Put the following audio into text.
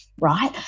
right